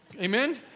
Amen